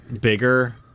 bigger